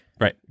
right